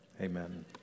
Amen